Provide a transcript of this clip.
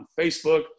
Facebook